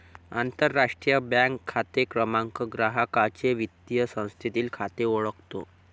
आंतरराष्ट्रीय बँक खाते क्रमांक ग्राहकाचे वित्तीय संस्थेतील खाते ओळखतो